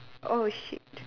!oh-shit!